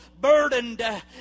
burdened